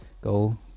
go